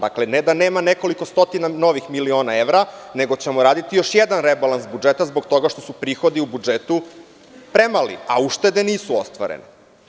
Dakle, ne da nema nekoliko stotina novih miliona evra, nego ćemo raditi još jedn rebalans budžeta zbog toga što su prihodi u budžetu premali, a uštede nisu ostvarene.